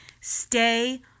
stay